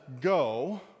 go